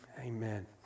Amen